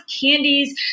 candies